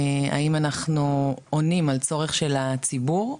האם אנחנו עונים על צורך של הציבור,